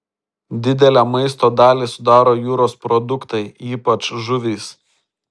didelę maisto dalį sudaro jūros produktai ypač žuvys